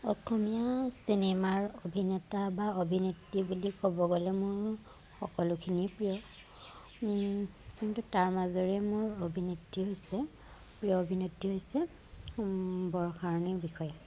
অসমীয়া চিনেমাৰ অভিনেতা বা অভিনেত্ৰী বুলি ক'ব গ'লে মোৰ সকলোখিনিয়ে প্ৰিয় কিন্তু তাৰ মাজৰে মোৰ অভিনেত্ৰী হৈছে প্ৰিয় অভিনেত্ৰী হৈছে বৰষাৰাণী বিষয়া